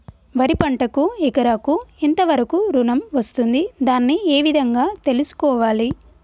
వరి పంటకు ఎకరాకు ఎంత వరకు ఋణం వస్తుంది దాన్ని ఏ విధంగా తెలుసుకోవాలి?